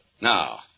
Now